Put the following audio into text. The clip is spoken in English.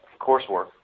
coursework